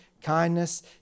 kindness